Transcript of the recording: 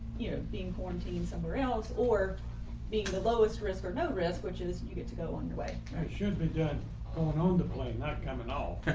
yeah being quarantined somewhere else or being the lowest risk or no risk, which is and you get to go on your way should be done on on the plane not coming off.